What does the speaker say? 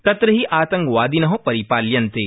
तत्र हि आतंकवादिन परिपाल्यन्ते